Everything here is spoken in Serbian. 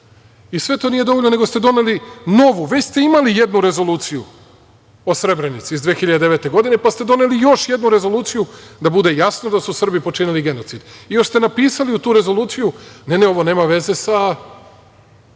I sve to nije dovoljno, nego ste doneli novu. Već ste imali jednu Rezoluciju o Srebrenici iz 2009. godine, pa ste doneli još jednu Rezoluciju, da bude jasno da su Srbi počinili genocid i još ste napisali u toj rezoluciji - ne, ovo nema veze sa